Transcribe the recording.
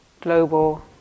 global